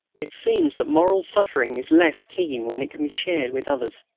it seems that moral suffering is less keen when it can be shared with others.